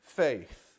faith